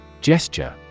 Gesture